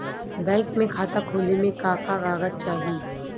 Bank में खाता खोले मे का का कागज लागी?